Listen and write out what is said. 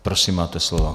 Prosím, máte slovo.